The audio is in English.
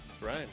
Right